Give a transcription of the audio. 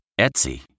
Etsy